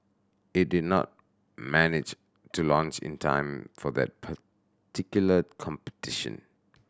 it did not manage to launch in time for that particular competition